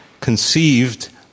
conceived